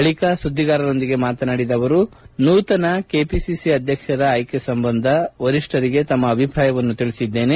ಬಳಿಕ ಸುದ್ದಿಗಾರರೊಂದಿಗೆ ಮಾತನಾಡಿದ ಅವರು ನೂತನ ಕೆಪಿಸಿಸಿ ಅಧ್ಯಕ್ಷರ ಆಯ್ಲಿ ಸಂಬಂಧ ವರಿಷ್ಠರಿಗೆ ತಮ್ಮ ಅಭಿಪ್ರಾಯವನ್ನು ತಿಳಿಸಿದ್ದೇನೆ